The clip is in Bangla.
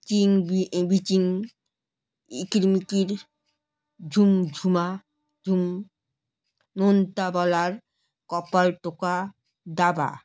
চিং বি বিচিং ইকির মিকির ঝুমঝুমাঝুম নোনতাবলার কপাল টোকা দাবা